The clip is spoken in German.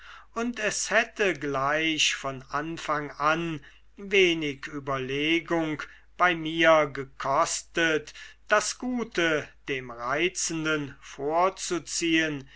und es hätte gleich von anfang an wenig überlegung bei mir gekostet das gute dem reizenden vorzuziehen